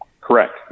Correct